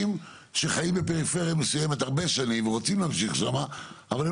שחיים בפריפריה מסוימת הרבה שנים ורוצים להמשיך שם אבל הם